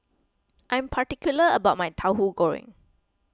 I'm particular about my Tauhu Goreng